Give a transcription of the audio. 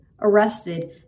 arrested